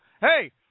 hey